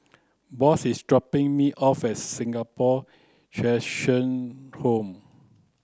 Boss is dropping me off at Singapore Cheshire Home